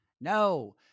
No